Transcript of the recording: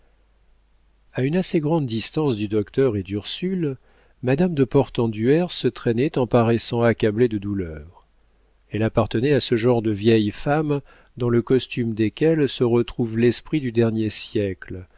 a une assez grande distance du docteur et d'ursule madame de portenduère se traînait en paraissant accablée de douleurs elle appartenait à ce genre de vieilles femmes dans le costume desquelles se retrouve l'esprit du dernier siècle